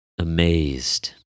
amazed